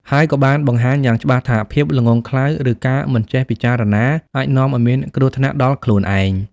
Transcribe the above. ហើយក៏បានបង្ហាញយ៉ាងច្បាស់ថាភាពល្ងង់ខ្លៅ ឬការមិនចេះពិចារណាអាចនាំឲ្យមានគ្រោះថ្នាក់ដល់ខ្លួនឯង។